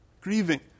grieving